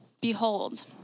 behold